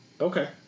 Okay